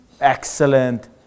Excellent